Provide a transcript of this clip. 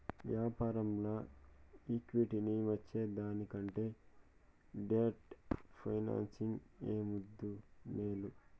యాపారంల ఈక్విటీని ఇచ్చేదానికంటే డెట్ ఫైనాన్సింగ్ ఏ ముద్దూ, మేలు